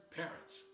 parents